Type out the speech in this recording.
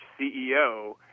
CEO